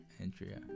andrea